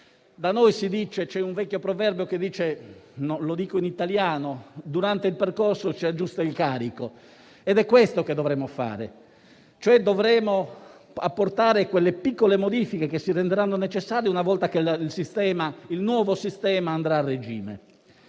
Da noi un vecchio proverbio dice - lo dico in italiano - che durante il percorso si aggiusta il carico, ed è questo che dovremo fare. Dovremo, cioè, apportare quelle piccole modifiche che si renderanno necessarie una volta che il nuovo sistema andrà a regime.